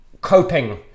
coping